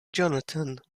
jonathan